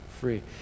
free